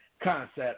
concept